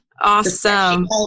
Awesome